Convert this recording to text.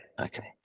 okay